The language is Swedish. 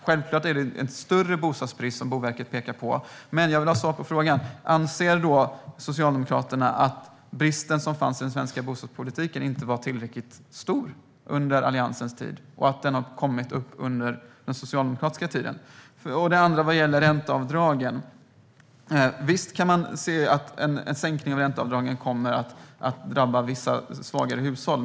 Självklart är det en större bostadsbrist som Boverket pekar på. Jag vill ha svar på frågan. Anser Socialdemokraterna att bristen som fanns i den svenska bostadspolitiken inte var tillräckligt stor under Alliansens tid och att den har kommit under den socialdemokratiska tiden? Den andra frågan gällde ränteavdragen. Visst kan man se att en sänkning av ränteavdragen kommer att drabba vissa svagare hushåll.